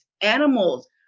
animals